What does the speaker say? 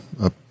up